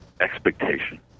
expectation